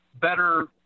better